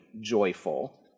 joyful